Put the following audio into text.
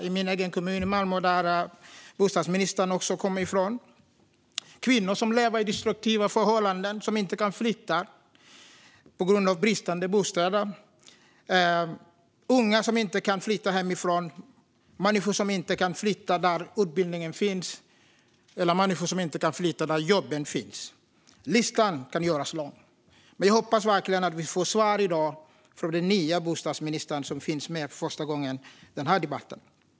I min egen hemkommun Malmö, som bostadsministern också kommer från, lever kvinnor i destruktiva förhållanden och som inte kan flytta på grund av brist på bostäder, unga som inte kan flytta hemifrån, människor som inte kan flytta dit där utbildningen finns eller människor som inte kan flytta dit där jobben finns. Listan kan göras lång. Men jag hoppas verkligen att vi får svar i dag från den nya bostadsministern, som finns med för första gången i den här debatten.